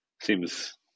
seems